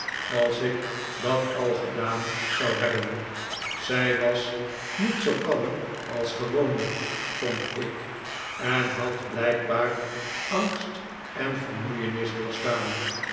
als ik dat al gedaan zou hebben zij was niet zoo kalm als gewoonlijk vond ik en had blijkbaar angst en vermoeienis doorstaan